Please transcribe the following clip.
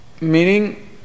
meaning